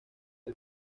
del